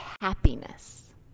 happiness